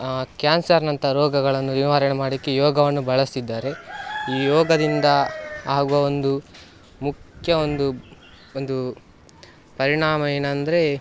ಕ್ಯಾನ್ಸರಿನಂಥ ರೋಗಗಳನ್ನು ನಿವಾರಣೆ ಮಾಡೋಕ್ಕೆ ಯೋಗವನ್ನು ಬಳಸ್ತಿದ್ದಾರೆ ಈ ಯೋಗದಿಂದ ಆಗುವ ಒಂದು ಮುಖ್ಯ ಒಂದು ಒಂದು ಪರಿಣಾಮ ಏನಂದರೆ